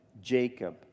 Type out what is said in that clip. Jacob